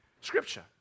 scripture